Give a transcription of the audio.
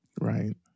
Right